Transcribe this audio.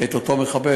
את אותו מחבל,